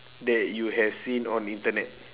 that you have seen on the internet